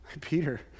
Peter